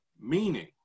Meaning